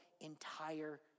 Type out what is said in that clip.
entire